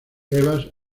eva